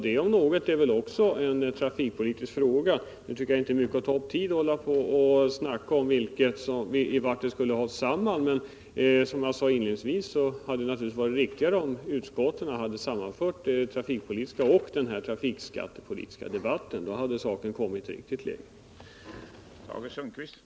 Det om något är väl en trafikpolitisk fråga. Nu tycker jag inte att det är mycket att ta upp tid med att tala om vart den här frågan hör. Som jag sade inledningsvis hade det naturligtvis varit bättre, om utskotten hade sammanfört den trafikpolitiska och den trafikskattepolitiska debatten. Då hade saken kommit i ett riktigt läge.